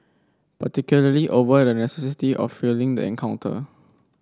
particularly over the of feeling the encounter